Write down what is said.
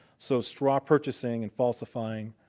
so straw purchasing and falsifying